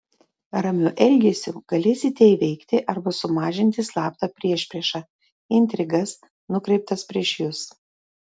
ramiu elgesiu galėsite įveikti arba sumažinti slaptą priešpriešą intrigas nukreiptas prieš jus